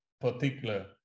particular